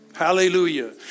Hallelujah